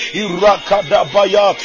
irakadabaya